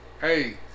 Hey